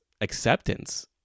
acceptance